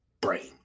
brain